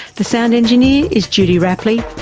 the sound engineer is judy rapley,